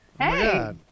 Hey